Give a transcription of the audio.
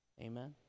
Amen